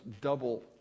double